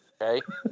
Okay